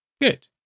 Good